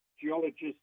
geologists